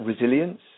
Resilience